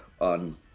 on